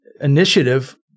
initiative